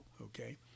okay